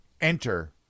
Enter